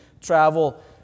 travel